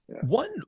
one